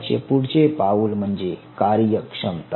याचे पुढचे पाऊल म्हणजे कार्यक्षमता